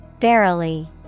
Verily